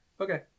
Okay